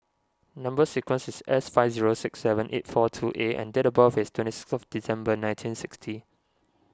Number Sequence is S five zero six seven eight four two A and date of birth is twentieth of December nineteen sixty